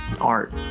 art